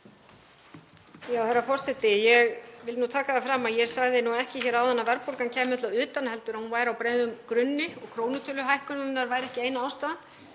Herra forseti. Ég vil taka það fram að ég sagði ekki hér áðan að verðbólgan kæmi öll að utan heldur að hún væri á breiðum grunni og krónutöluhækkanirnar væru ekki eina ástæðan.